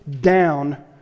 down